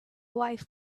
wife